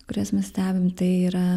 kurias mes stebim tai yra